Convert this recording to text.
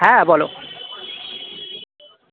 হ্যাঁ বলো